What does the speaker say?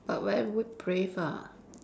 but where would brave ah